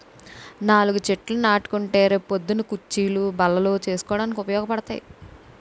నాలుగు చెట్లు నాటుకుంటే రే పొద్దున్న కుచ్చీలు, బల్లలు చేసుకోడానికి ఉపయోగపడతాయి